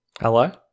hello